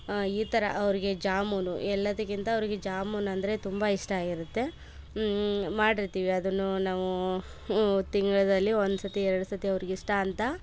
ಆ ಈ ಥರ ಅವರಿಗೆ ಜಾಮುನು ಎಲ್ಲಾದಕ್ಕಿಂತ ಅವರಿಗೆ ಜಾಮುನಂದರೆ ತುಂಬ ಇಷ್ಟ ಆಗಿರುತ್ತೆ ಮಾಡಿರ್ತೀವಿ ಅದನ್ನು ನಾವೂ ತಿಂಗಳದಲ್ಲಿ ಒಂದು ಸರ್ತಿ ಎರಡು ಸರ್ತಿ ಅವರಿಗೆ ಇಷ್ಟ ಅಂತ